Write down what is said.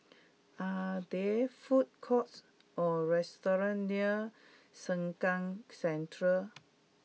are there food courts or restaurants near Sengkang Central